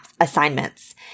assignments